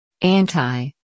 Anti